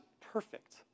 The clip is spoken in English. perfect